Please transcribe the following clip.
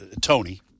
Tony